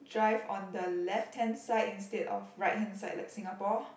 drive on the left hand side instead of right hand side like Singapore